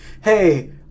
Hey